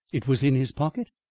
it was in his pocket?